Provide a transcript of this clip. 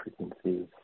frequencies